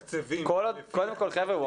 קודם כל חבר'ה,